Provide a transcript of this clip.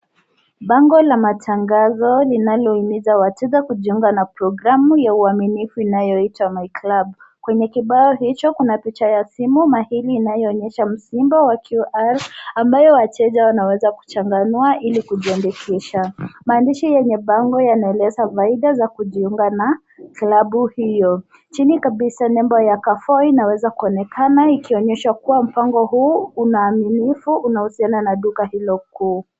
Bango la matangazo linalohimiza wateja kujiunga na programu ya uaminifu inayoitwa My Club . Kwenye kibao hicho kuna picha ya simu na hili inayoonyesha msimbo wa QR ambayo wateja wanaweza kuchanganua ili kujiandikisha. Maandishi yenye bango yanaonyesha faida za kujiunga na klabu hiyo. Chini kabisa nembo ya Carrefour inaweza kuonekana ikionyesha kuwa mpango huu una uaminifu ikihusiana na duka hilo.